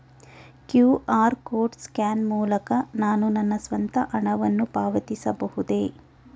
QR code scan ಮೂಲಕ ನಾನು ನನ್ನ ಸ್ವಂತ ಹಣವನ್ನು ಪಾವತಿಸಬಹುದೇ?